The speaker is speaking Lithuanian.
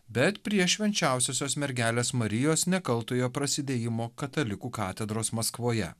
bet prie švenčiausiosios mergelės marijos nekaltojo prasidėjimo katalikų katedros maskvoje